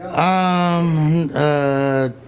um um, ah,